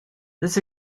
this